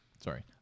Sorry